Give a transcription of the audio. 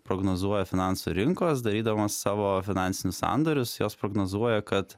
prognozuoja finansų rinkos darydamos savo finansinius sandorius jos prognozuoja kad